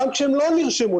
גם כשהם לא נרשמו,